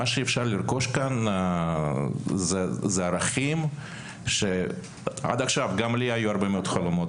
מה שאפשר לרכוש כאן זה ערכים שעד עכשיו גם לי היו הרבה מאוד חלומות.